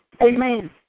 Amen